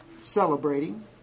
celebrating